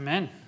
Amen